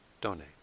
donate